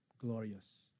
glorious